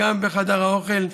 וגם בחדר האוכל.